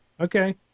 okay